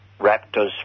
raptors